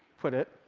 put it,